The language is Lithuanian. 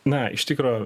na iš tikro